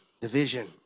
Division